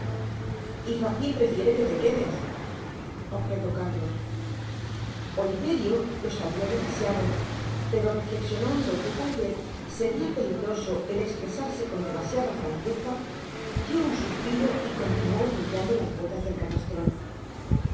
y fagin prefiere que te quedes objetó cárlos oliverio lo sabia demasiado pero reflecsionando que tal vez seria peligroso el espresarse con demasiada franqueza dio un suspiro y continuó limpiando las botas del camastron